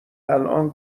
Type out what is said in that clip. الان